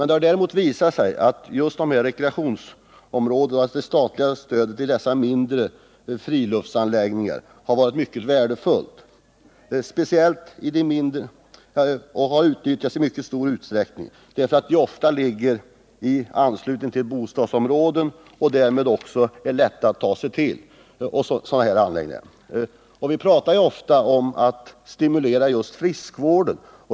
Det har visat sig att just de här rekreationsområdena är viktiga och att därmed det statliga stödet till dessa mindre friluftsanläggningar har varit mycket värdefullt. De har också utnyttjats i stor utsträckning, eftersom de ofta ligger i nära anslutning till bostadsområden och det därför också är lätt att ta sig till sådana anläggningar. Vi talar ofta om att stimulera friskvården.